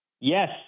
Yes